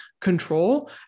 control